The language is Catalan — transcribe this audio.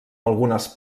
algunes